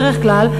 בדרך כלל,